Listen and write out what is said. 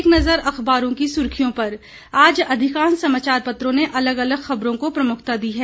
एक नज़र अखबारों की सुर्खियों पर आज अधिकांश समाचार पत्रों ने अलग अलग खबरों को प्रमुखता दी है